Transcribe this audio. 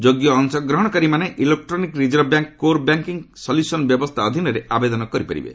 ଯୋଗ୍ୟ ଅଂଶଗ୍ରହଣକାରୀମାନେ electronic reserve bank core banking solution ବ୍ୟବସ୍ଥା ଅଧୀନରେ ଆବେଦନ କରିପାରିବେ